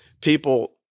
people